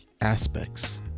aspects